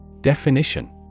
Definition